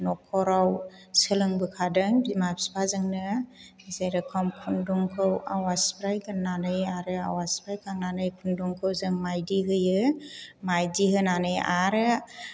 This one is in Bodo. न'खराव सोलोंबोखादों बिमा बिफाजोंनो जेरखम खुन्दुंखौ आवा सिफायग्रोनानै आरो आवा सिफायखांनानै खुन्दुंखौ जों माइदि होयो माइदि होनानै आरो